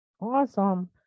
Awesome